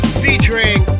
featuring